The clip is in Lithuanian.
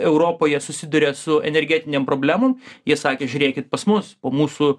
europoje susiduria su energetinėm problemom jie sakė žiūrėkit pas mus po mūsų